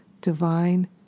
divine